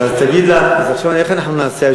אז עכשיו איך אנחנו נעשה?